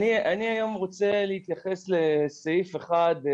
אני רוצה להתייחס לסעיף אחד.